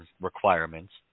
requirements